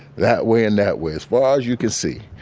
that way and that way as far as you can see.